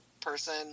person